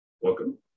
Welcome